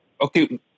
Okay